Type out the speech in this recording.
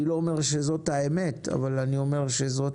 אני לא אומר שזאת האמת אבל אני אומר שזאת